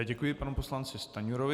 Děkuji panu poslanci Stanjurovi.